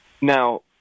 Now